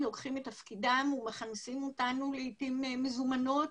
לוקחים את תפקידם ומכנסים אותנו לעתים מזומנות